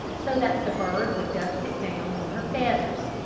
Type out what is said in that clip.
so that the bird would dust it down on her feathers.